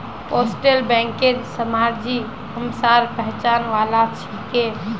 postal बैंकेर शर्माजी हमसार पहचान वाला छिके